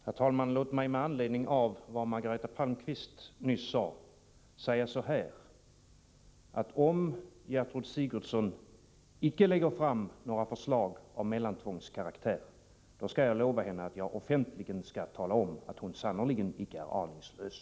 Herr talman! Låt mig med anledning av vad Margareta Palmqvist nyss sade säga så här. Om Gertrud Sigurdsen icke lägger fram något förslag av mellantvångskaraktär, lovar jag henne att jag offentligen skall tala om att hon sannerligen icke är aningslös.